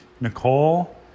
Nicole